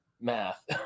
math